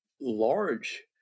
large